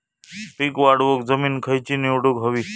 पीक वाढवूक जमीन खैची निवडुक हवी?